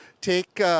take